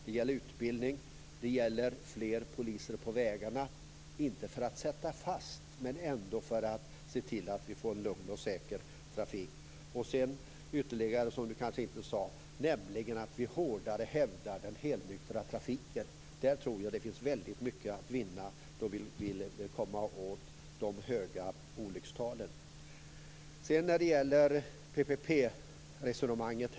Det gäller också utbildning och behovet av fler poliser på vägarna - inte för att sätta fast utan för att se till att vi får en lugn och säker trafik. Dessutom gäller det något som Sture Arnesson kanske inte sade, nämligen att vi hårdare hävdar den helnyktra trafiken. Där tror jag att det finns väldigt mycket att vinna när vi vill komma åt de höga olyckstalen. Sedan gällde det PPP-resonemanget.